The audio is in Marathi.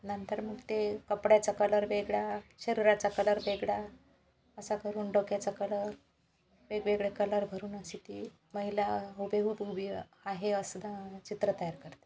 नंतर मग ते कपड्याचा कलर वेगळा शरीराचा कलर वेगडा असा करून डोक्याचा कलर वेगवेगळे कलर भरून अशी ती महिला हुबेहूब उबीयं आहे असं दं चित्र तयार करते